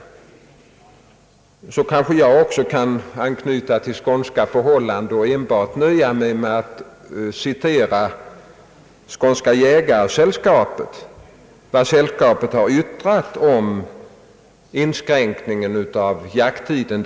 Jag kan även därvidlag anknyta till skånska förhållanden och citera vad Skånska jägarsällskapet yttrat om inskränkningen av jakttiden.